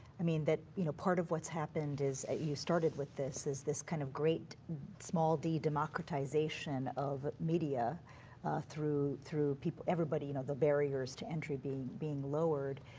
i mean, that you know part of what's happened is, you started with this, is this kind of great small d democratization of media through through everybody, you know the barriers to entry being being lowered,